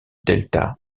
delta